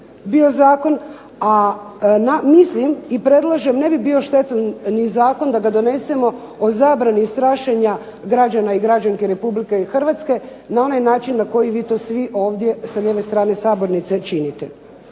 bio zakon, a mislim i predlažem, ne bi bio štetan ni zakon da ga donesemo o zabrani strašenja građana i građanki RH na onaj način na koji vi to svi ovdje sa lijeve strane sabornice činite.